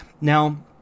now